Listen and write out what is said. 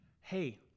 Hey